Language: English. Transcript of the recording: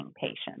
patients